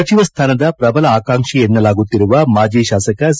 ಸಚಿವ ಸ್ಥಾನದ ಪ್ರಬಲ ಆಕಾಂಕ್ಷಿ ಎನ್ನಲಾಗುತ್ತಿರುವ ಮಾಜಿ ಶಾಸಕ ಸಿ